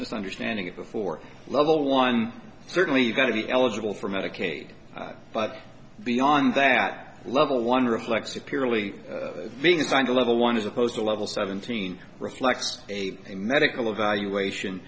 misunderstanding it before level one certainly going to be eligible for medicaid but beyond that level one reflects a purely being assigned a level one as opposed to level seventeen reflects a medical evaluation